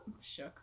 Shook